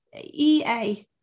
EA